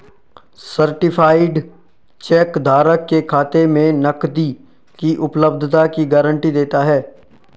certified cheque धारक के खाते में नकदी की उपलब्धता की गारंटी देता है